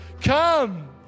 Come